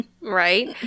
Right